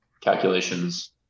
calculations